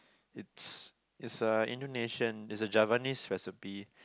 it's it's a Indonesian it's a Javanese recipe